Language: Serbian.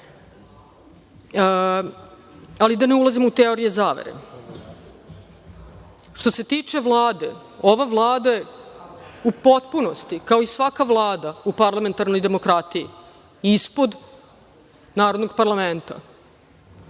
Ali, da ne ulazimo u teorije zavere. Što se tiče Vlade, ova Vlada je u potpunosti, kao i svaka Vlada u parlamentarnoj demokratiji ispod narodnog parlamenta.